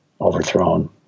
overthrown